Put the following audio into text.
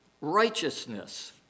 righteousness